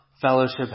fellowship